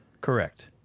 Correct